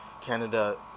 Canada